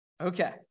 Okay